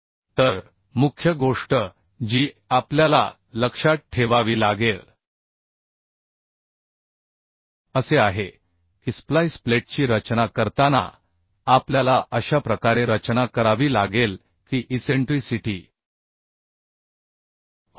तर मुख्य गोष्ट जी आपल्याला लक्षात ठेवावी लागेल असे आहे की स्प्लाइस प्लेटची रचना करताना आपल्याला अशा प्रकारे रचना करावी लागेल की इसेंट्रीसिटी होत नाही